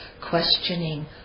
questioning